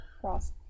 cross